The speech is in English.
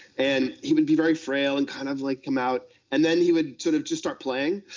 and he would be very frail, and kind of like come out. and then he would sort of just start playing,